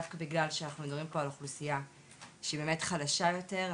דווקא בגלל שאנחנו מדברים פה על אוכלוסייה שהיא באמת חלשה יותר,